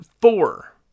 four